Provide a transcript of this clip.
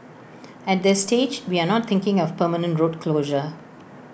at this stage we are not thinking of permanent road closure